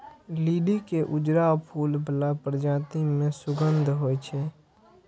लिली के उजरा फूल बला प्रजाति मे सुगंध होइ छै